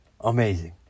amazing